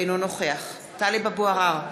אינו נוכח טלב אבו עראר,